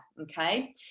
Okay